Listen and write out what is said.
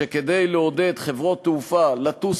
אני יודע שיש לו כוונה לעשות כל מיני מקרי בדיקה ולראות איך אפשר לטפל